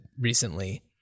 recently